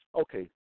Okay